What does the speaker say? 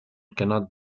cannot